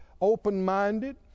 open-minded